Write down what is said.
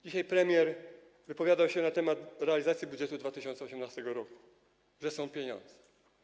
Dzisiaj premier wypowiadał się na temat realizacji budżetu 2018 r., mówił, że są pieniądze.